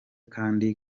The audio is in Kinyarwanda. kandi